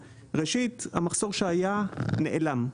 ראשית, המחסור שהיה, נעלם.